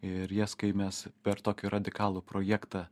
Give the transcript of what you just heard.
ir jas kai mes per tokį radikalų projektą